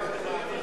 אדוני.